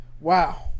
wow